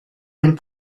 and